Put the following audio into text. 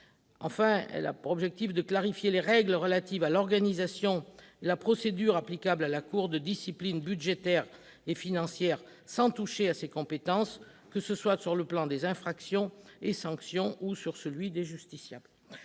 enfin pour objectif de clarifier les règles relatives à l'organisation et la procédure applicable à la Cour de discipline budgétaire et financière sans toucher à ses compétences, que ce soit sur le plan des infractions et sanctions ou sur celui des justiciables.